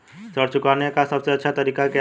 ऋण चुकाने का सबसे अच्छा तरीका क्या है?